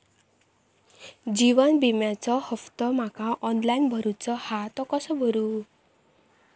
जीवन विम्याचो हफ्तो माका ऑनलाइन भरूचो हा तो कसो भरू?